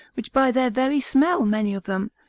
which by their very smell many of them,